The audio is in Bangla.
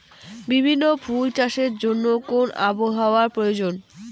বিভিন্ন ফুল চাষের জন্য কোন আবহাওয়ার প্রয়োজন?